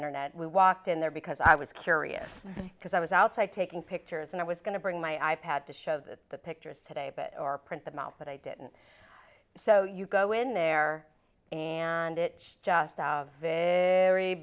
internet we walked in there because i was curious because i was outside taking pictures and i was going to bring my i pad to show the pictures today but or print them out but i didn't so you go in there and it just